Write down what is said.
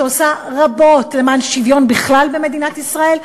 שעושה רבות למען שוויון בכלל במדינת ישראל,